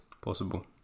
Possible